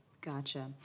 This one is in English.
Gotcha